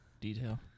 Detail